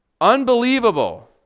unbelievable